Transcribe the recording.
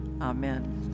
Amen